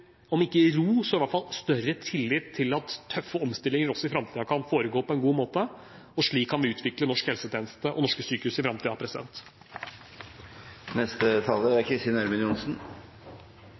om ikke ro, så i hvert fall større tillit til at tøffe omstillinger også i framtiden kan foregå på en god måte. Slik kan vi utvikle norsk helsetjeneste og norske sykehus i